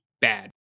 bad